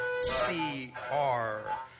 C-R